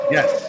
Yes